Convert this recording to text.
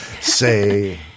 Say